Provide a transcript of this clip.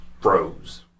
froze